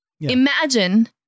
imagine